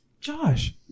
Josh